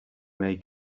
may